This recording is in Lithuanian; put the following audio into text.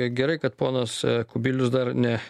gerai kad ponas kubilius dar ne